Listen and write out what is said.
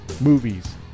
movies